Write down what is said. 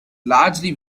largely